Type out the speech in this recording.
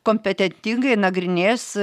kompetentingai nagrinės